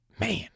man